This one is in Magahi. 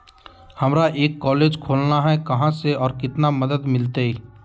हमरा एक कॉलेज खोलना है, कहा से और कितना मदद मिलतैय?